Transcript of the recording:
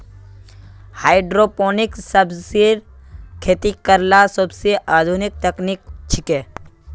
hydroponic सब्जिर खेती करला सोबसे आधुनिक तकनीक छिके